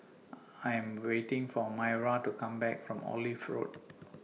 I Am waiting For Myra to Come Back from Olive Road